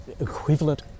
equivalent